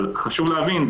אבל חשוב להבין,